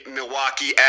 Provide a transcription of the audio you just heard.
Milwaukee